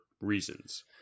reasons